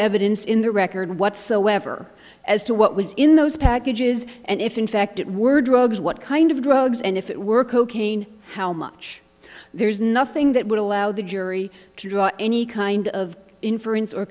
evidence in the record whatsoever as to what was in those packages and if in fact it were drugs what kind of drugs and if it were cocaine how much there's nothing that would allow the jury to draw any kind of inference or